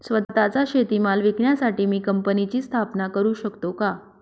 स्वत:चा शेतीमाल विकण्यासाठी मी कंपनीची स्थापना करु शकतो का?